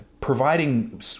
providing